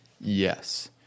Yes